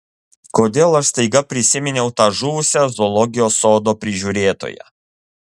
kodėl aš staiga prisiminiau tą žuvusią zoologijos sodo prižiūrėtoją